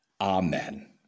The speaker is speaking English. Amen